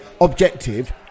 objective